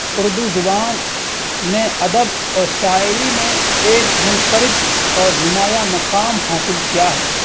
اردو زبان نے ادب اور شاعری میں ایک منفرد اور نمایاں مقام حاصل کیا ہے